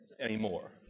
anymore